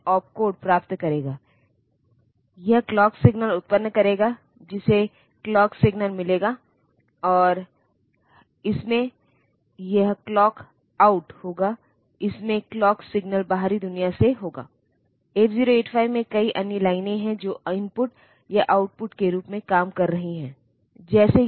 ADD R1R2 ताकि R1 को R1 और R2 के योग की सामग्री मिल जाए यह इस इंस्ट्रक्शन से अलग है ADD R3R4 जहाँ R3 को R3 और R4 के योग की सामग्री मिलती है